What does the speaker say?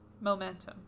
momentum